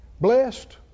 blessed